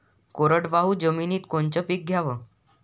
कोरडवाहू जमिनीत कोनचं पीक घ्याव?